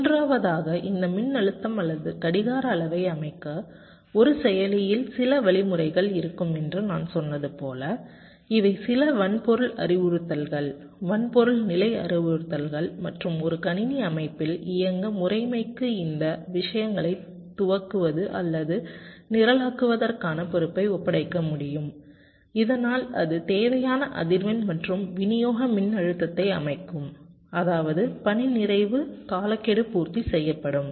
மூன்றாவதாக இந்த மின்னழுத்தம் அல்லது கடிகார அளவை அமைக்க ஒரு செயலியில் சில வழிமுறைகள் இருக்கும் என்று நான் சொன்னது போல இவை சில வன்பொருள் அறிவுறுத்தல்கள் வன்பொருள் நிலை அறிவுறுத்தல்கள் மற்றும் ஒரு கணினி அமைப்பில் இயக்க முறைமைக்கு இந்த விஷயங்களைத் துவக்குவது அல்லது நிரலாக்குவதற்கான பொறுப்பை ஒப்படைக்க முடியும் இதனால் அது தேவையான அதிர்வெண் மற்றும் விநியோக மின்னழுத்தத்தை அமைக்கும் அதாவது பணி நிறைவு காலக்கெடு பூர்த்தி செய்யப்படும்